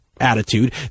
attitude